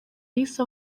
yahise